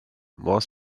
more